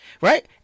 Right